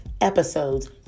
episodes